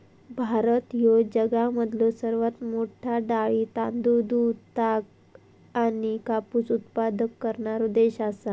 भारत ह्यो जगामधलो सर्वात मोठा डाळी, तांदूळ, दूध, ताग आणि कापूस उत्पादक करणारो देश आसा